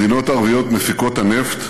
המדינות הערביות מפיקות הנפט,